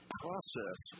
process